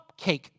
cupcake